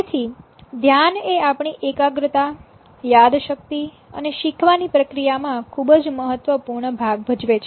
તેથી ધ્યાન એ આપણી એકાગ્રતા યાદશક્તિ અને શીખવાની પ્રક્રિયામાં ખૂબ જ મહત્વપૂર્ણ ભાગ ભજવે છે